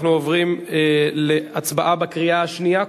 אנחנו עוברים להצבעה בקריאה השנייה,